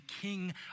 king